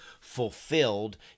fulfilled